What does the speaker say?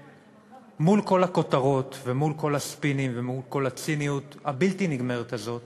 שמול כל הכותרות ומול כל הספינים ומול כל הציניות הבלתי-נגמרת הזאת